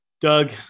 Doug